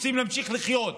רוצים להמשיך לחיות.